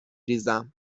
ریزم